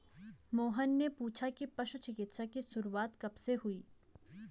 मोहन ने पूछा कि पशु चिकित्सा की शुरूआत कब से हुई?